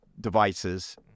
devices